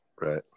right